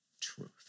truth